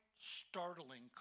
startling